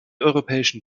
europäischen